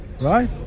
right